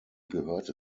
gehörte